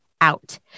out